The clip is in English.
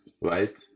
right